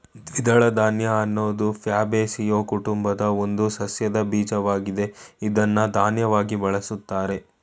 ದ್ವಿದಳ ಧಾನ್ಯ ಅನ್ನೋದು ಫ್ಯಾಬೇಸಿಯೊ ಕುಟುಂಬದ ಒಂದು ಸಸ್ಯದ ಬೀಜವಾಗಿದೆ ಇದ್ನ ಧಾನ್ಯವಾಗಿ ಬಳುಸ್ತಾರೆ